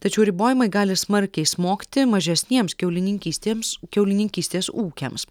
tačiau ribojimai gali smarkiai smogti mažesniems kiaulininkystėms kiaulininkystės ūkiams